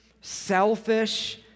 selfish